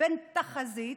בין תחזית,